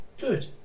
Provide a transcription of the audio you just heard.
Good